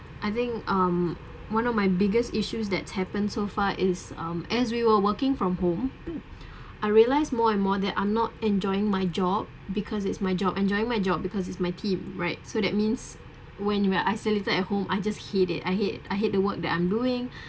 I think um one of my biggest issues that happened so far is um as we were working from home I realised more and more that I'm not enjoying my job because it's my job enjoying my job because it's my team right so that means when you are isolated at home I just hate it I hate I hate the work that I'm doing